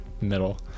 Middle